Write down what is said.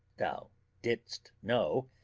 thou didst know,